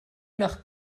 nach